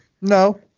No